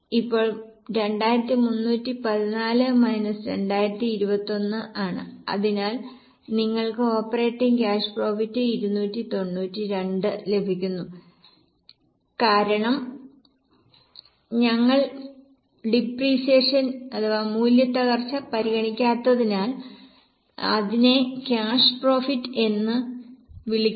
ഇപ്പോൾ 2314 മൈനസ് 2021 ആണ് അതിനാൽ നിങ്ങൾക്ക് ഓപ്പറേറ്റിംഗ് ക്യാഷ് പ്രോഫിറ്റ് 292 ലഭിക്കുന്നു കാരണം ഞങ്ങൾ മൂല്യത്തകർച്ച പരിഗണിക്കാത്തതിനാൽ ഞങ്ങൾ അതിനെ ക്യാഷ് പ്രോഫിറ്റ് എന്ന് വിളിക്കുന്നു